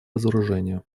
разоружению